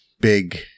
big